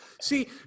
See